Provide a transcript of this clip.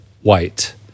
white